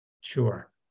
Sure